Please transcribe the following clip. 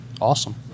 awesome